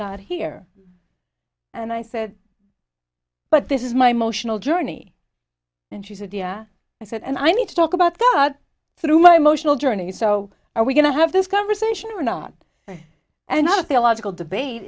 god here and i said but this is my motional journey and she said yeah i said and i need to talk about thought through my emotional journey so are we going to have this conversation or not and not be a logical debate